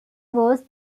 was